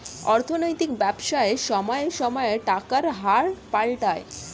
অর্থনৈতিক ব্যবসায় সময়ে সময়ে টাকার হার পাল্টায়